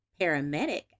paramedic